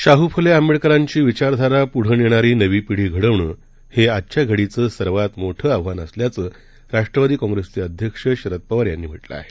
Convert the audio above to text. शाहूफुलेआंबेडकरांचीविचारधारापुढं नेणारी नवीपिढीघडवणंहेआजच्याघडीचंसर्वातमोठंआव्हानअसल्याचंराष्ट्रवादीकाँप्रेसचेअध्यक्षशरदपवारयांनीम्हटलंआहे